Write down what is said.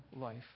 life